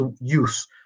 use